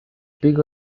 pico